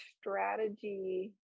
strategy